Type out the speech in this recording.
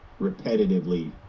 repetitively